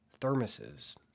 Thermoses